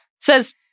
says